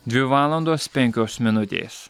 dvi valandos penkios minutės